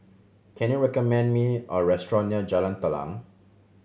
can you recommend me a restaurant near Jalan Telang